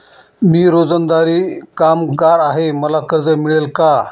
मी रोजंदारी कामगार आहे मला कर्ज मिळेल का?